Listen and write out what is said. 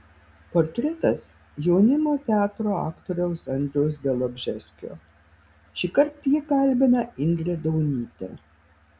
portretas jaunimo teatro aktoriaus andriaus bialobžeskio šįkart jį kalbina indrė daunytė